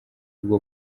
bwo